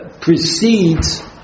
precedes